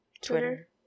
Twitter